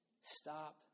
Stop